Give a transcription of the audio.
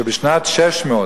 שבשנת 600,